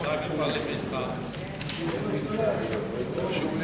הצעת חוק סדר הדין הפלילי (תיקון מס' 65) (הסדר טיעון),